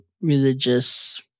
religious